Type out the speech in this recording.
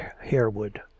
harewood